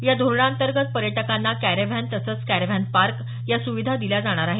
या धोरणांतर्गत पर्यटकांना कॅरॅव्हॅन तसंच कॅरॅव्हॅन पार्क या सुविधा दिल्या जाणार आहेत